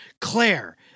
Claire